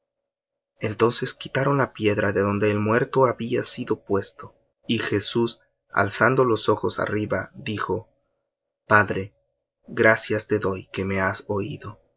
entonces quitaron la piedra de donde el muerto había sido puesto y jesús alzando los ojos arriba dijo padre gracias te doy que me has oído